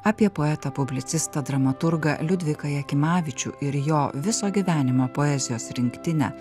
apie poetą publicistą dramaturgą liudviką jakimavičių ir jo viso gyvenimo poezijos rinktinę